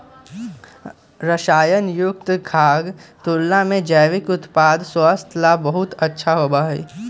रसायन युक्त खाद्य के तुलना में जैविक उत्पाद स्वास्थ्य ला बहुत अच्छा होबा हई